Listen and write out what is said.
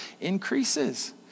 increases